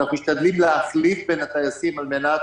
אנחנו משתדלים להחליף בין הטייסים על מנת